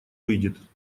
выйдет